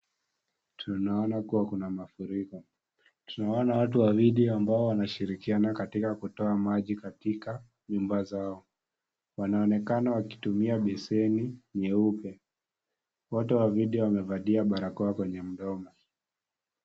Tunaona kuwa kuna mafuriko. Tunaona watu wawili ambao wanashirikiana katika kutoa maji katika nyumba zao. Wanaonekana wakitumia beseni nyeupe. Wote wawili wamevalia barakoa kwenye mdomo.